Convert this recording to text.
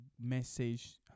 message